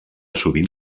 sovint